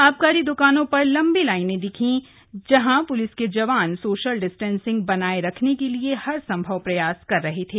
आबकारी द्रकानों पर लंबी लाइन दिखी जहां प्लिस के जवान सोशल डिस्टेंसिंग बनाये रखने के लिए हर संभव प्रयास कर रहे थे